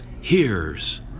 hears